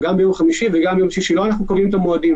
שישנו את זה.